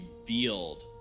revealed